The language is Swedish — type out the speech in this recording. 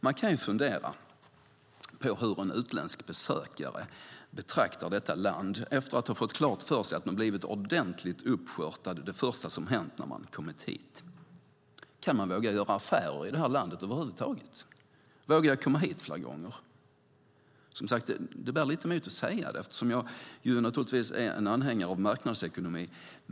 Man kan fundera på hur utländska besökare betraktar detta land efter att ha fått klart för sig att det första som har hänt när de har kommit hit är att de har blivit ordentligt uppskörtade. Vågar de göra affärer i detta land över huvud taget? Vågar de komma hit fler gånger? Det bär som sagt lite emot att säga detta eftersom jag naturligtvis är anhängare av marknadsekonomi.